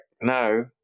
no